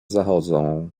zachodzą